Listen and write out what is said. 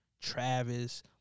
Travis